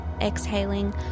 exhaling